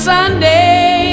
Sunday